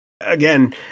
again